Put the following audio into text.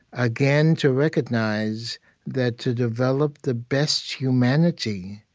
again, to recognize that to develop the best humanity,